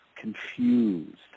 confused